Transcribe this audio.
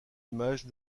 images